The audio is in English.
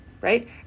right